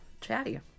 chatty